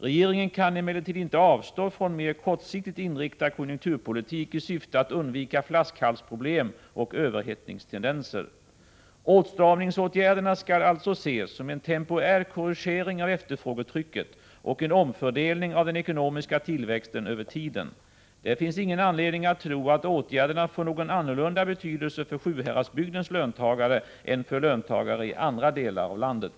Regeringen kan emellertid inte avstå från mer kortsiktigt inriktad konjunkturpolitik i syfte att undvika flaskhalsproblem och överhettningstendenser. Åtstramningsåtgärderna skall alltså ses som en temporär korrigering av efterfrågetrycket och en omfördelning av den ekonomiska tillväxten över tiden. Det finns ingen anledning att tro att åtgärderna får någon annorlunda betydelse för Sjuhäradsbygdens löntagare än för löntagare i andra delar av landet.